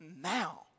now